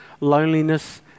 loneliness